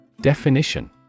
Definition